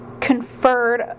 conferred